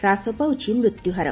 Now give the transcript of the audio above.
ହ୍ରାସ ପାଉଛି ମୃତ୍ୟୁହାର